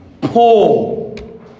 Paul